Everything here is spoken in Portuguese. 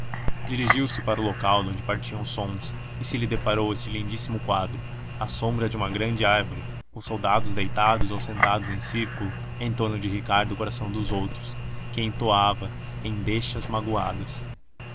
dirigiu-se para o local donde partiam os sons e se lhe derrapou este lindíssimo quadro à sombra de uma grande árvore os soldados deitados ou sentados em círculo em torno de ricardo coração dos outros que entoava endechas magoadas